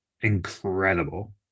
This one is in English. incredible